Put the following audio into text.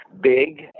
big